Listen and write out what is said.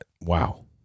Wow